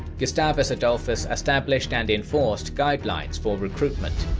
gustavus adolphus established and enforced guidelines for recruitment,